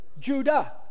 Judah